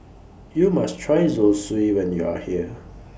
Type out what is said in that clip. YOU must Try Zosui when YOU Are here